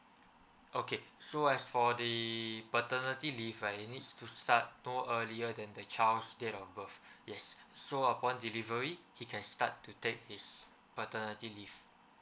okay so as for the paternity leave right he needs to start no earlier than the child's date of birth yes so upon delivery he can start to take his paternity leave